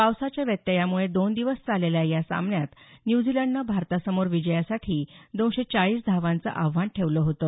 पावसाच्या व्यत्यामुळे दोन दिवस चाललेल्या या सामन्यात न्यूझीलंडनं भारतासमोर विजयासाठी दोनशे चाळीस धावांचं आव्हान ठेवलं होतं